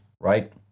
right